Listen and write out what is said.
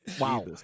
Wow